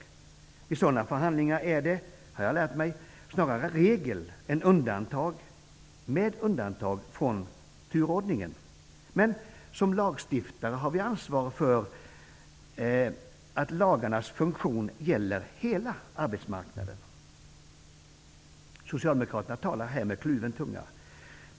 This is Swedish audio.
Vid sådana förhandlingar är det, har jag lärt mig, snarare regel än undantag med avsteg från turordningen. Men som lagstiftare har vi ansvar för att lagarnas funktioner gäller hela arbetsmarknaden. Socialdemokraterna talar här med kluven tunga.